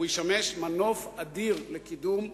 הוא ישמש מנוף אדיר לקידום,